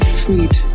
sweet